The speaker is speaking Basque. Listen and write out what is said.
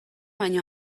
baino